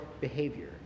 behavior